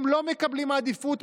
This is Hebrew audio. הם לא מקבלים עדיפות,